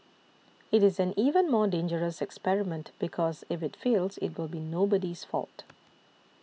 it is an even more dangerous experiment because if it fails it will be nobody's fault